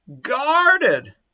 guarded